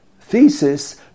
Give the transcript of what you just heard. thesis